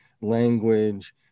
language